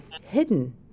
hidden